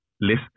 list